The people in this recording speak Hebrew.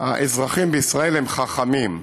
האזרחים בישראל הם חכמים.